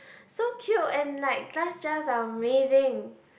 so cute and like glass jars are amazing